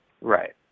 right